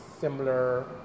similar